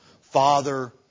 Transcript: Father